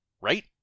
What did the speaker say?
right